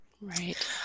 Right